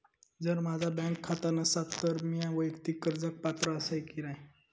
जर माझा बँक खाता नसात तर मीया वैयक्तिक कर्जाक पात्र आसय की नाय?